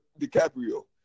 DiCaprio